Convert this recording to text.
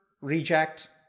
reject